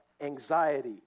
anxiety